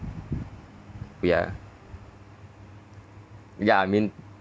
we are ya I mean